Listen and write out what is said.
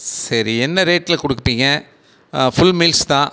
ஸ் சரி என்ன ரேட்டில் கொடுப்பீங்க ஃபுல் மீல்ஸ் தான்